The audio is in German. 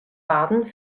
baden